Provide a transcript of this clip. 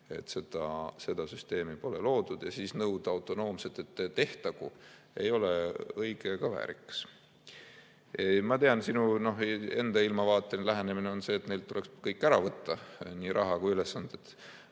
et seda süsteemi pole loodud, ja nõuda, et autonoomselt tehtagu, ei ole õige ega väärikas. Ma tean, et sinu enda ilmavaateline lähenemine on see, et neilt tuleks kõik ära võtta, nii raha kui ülesanded.